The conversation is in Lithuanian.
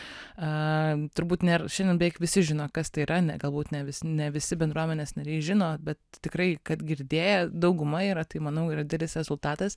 turbūt nėra šiandien beveik visi žino kas tai yra ne galbūt ne visi ne visi bendruomenės nariai žino bet tikrai kad girdėję dauguma yra tai manau yra didelis rezultatas